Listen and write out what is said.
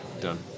done